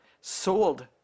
sold